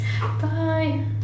bye